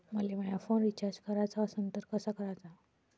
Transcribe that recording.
मले माया phone recharge कराचा असन तर कसा कराचा?